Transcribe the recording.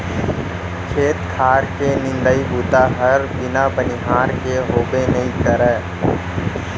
खेत खार के निंदई बूता हर बिना बनिहार के होबे नइ करय